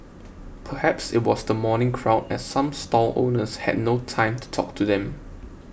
perhaps it was the morning crowd as some stall owners had no time to talk to them